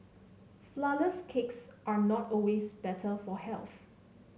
flourless cakes are not always better for health